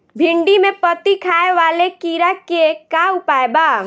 भिन्डी में पत्ति खाये वाले किड़ा के का उपाय बा?